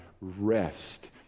rest